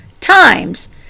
times